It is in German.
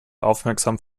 aufmerksam